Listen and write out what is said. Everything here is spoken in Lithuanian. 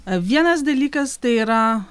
vienas dalykas tai yra